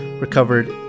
recovered